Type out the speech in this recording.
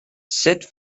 sut